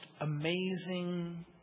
amazing